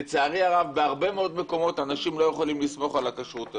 לצערי הרב בהרבה מאוד מקומות אנשים לא יכולים לסמוך על הכשרות הזאת.